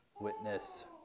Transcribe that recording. witness